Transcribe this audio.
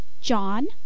John